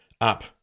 up